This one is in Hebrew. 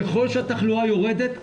ככל שהתחלואה יורדת,